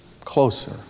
closer